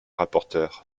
rapporteur